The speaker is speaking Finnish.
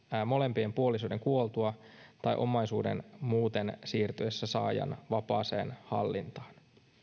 molempien puolisoiden kuoltua tai omaisuuden muuten siirtyessä saajan vapaaseen hallintaan